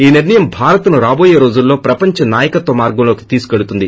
ఈ నిర్ణయం భారత్ను రాబోయే రోజుల్లో ప్రపంచ నాయకత్వ మార్గంలోకి తీసుకెళుతుంది